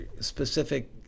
specific